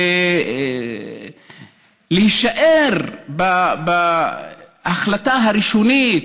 ולהישאר בהחלטה הראשונית,